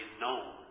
known